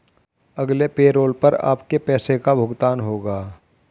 अगले पैरोल पर आपके पैसे का भुगतान होगा